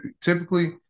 typically